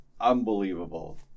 unbelievable